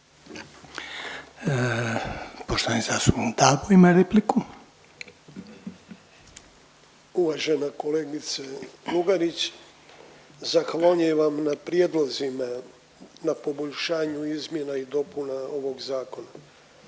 **Dabo, Ivan (HDZ)** Uvažena kolegice Lugarić, zahvaljujem vam na prijedlozima na poboljšanju izmjena i dopuna ovog zakona.